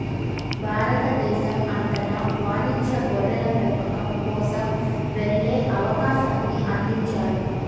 భారతదేశం అంతటా వాణిజ్య గొర్రెల పెంపకం కోసం వెళ్ళే అవకాశాన్ని అందించారు